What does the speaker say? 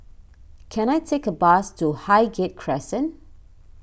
can I take a bus to Highgate Crescent